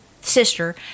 sister